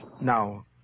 now